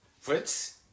Fritz